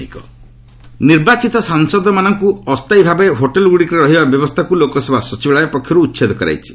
LS new MP ନବନିର୍ବାଚିତ ସାଂସଦମାନଙ୍କୁ ଅସ୍ଥାୟୀ ଭାବେ ହୋଟେଲଗୁଡ଼ିକରେ ରହିବା ବ୍ୟବସ୍ଥାକୁ ଲୋକସଭା ସଚିବାଳୟ ପକ୍ଷରୁ ଉଚ୍ଛେଦ କରାଯାଇଛି